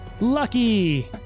Lucky